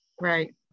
Right